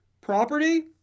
Property